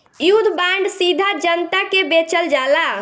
युद्ध बांड सीधा जनता के बेचल जाला